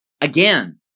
Again